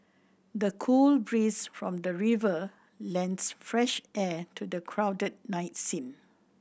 the cool breeze from the river lends fresh air to the crowded night scene